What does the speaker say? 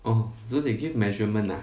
oh so they give measurement ah